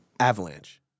avalanche